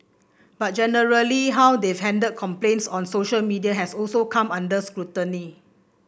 but generally how they've handled complaints on social media has also come under scrutiny